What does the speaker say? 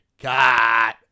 God